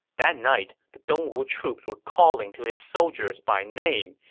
that night, the dongwu troops were calling to his soldiers by name,